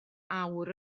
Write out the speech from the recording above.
awr